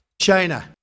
China